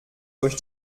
durch